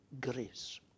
grace